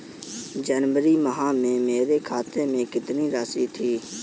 जनवरी माह में मेरे खाते में कितनी राशि थी?